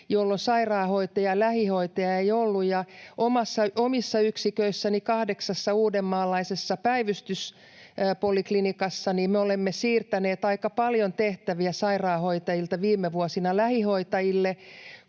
jolloin sairaanhoitajia, lähihoitajia ei ollut. Omissa yksiköissäni kahdeksassa uusimaalaisessa päivystyspoliklinikassa me olemme siirtäneet aika paljon tehtäviä sairaanhoitajilta viime vuosina lähihoitajille,